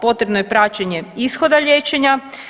Potrebno je praćenje ishoda liječenja.